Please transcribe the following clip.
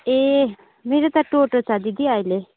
ए मेरो त टोटो छ दिदी अहिले